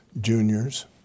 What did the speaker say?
juniors